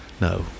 No